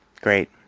Great